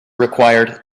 required